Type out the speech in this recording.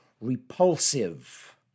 repulsive